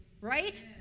right